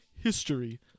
history